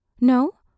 No